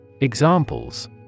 Examples